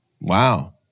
Wow